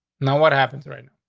no, what happens right now.